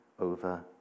over